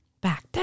back